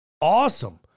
awesome